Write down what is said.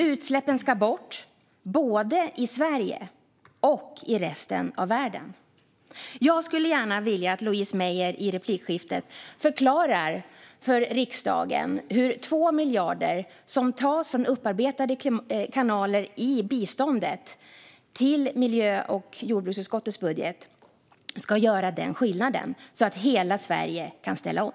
Utsläppen ska bort, både i Sverige och i resten av världen. Jag skulle gärna vilja att Louise Meijer i replikskiftet förklarar för riksdagen hur 2 miljarder som tas från upparbetade kanaler i biståndet och flyttas till miljö och jordbruksutskottets budget ska göra den skillnaden, så att hela Sverige kan ställa om.